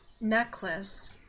necklace